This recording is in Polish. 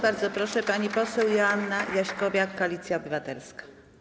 Bardzo proszę, pani poseł Joanna Jaśkowiak, Koalicja Obywatelska.